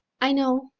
i know,